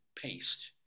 paste